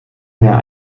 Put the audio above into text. mehr